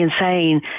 insane